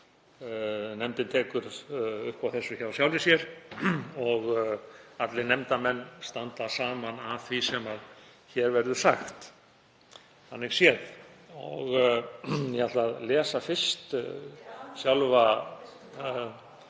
Nefndin tók upp á þessu hjá sjálfri sér og allir nefndarmenn standa saman að því sem hér verður sagt, þannig séð. Ég ætla fyrst að lesa sjálfa